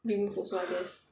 bring also I guess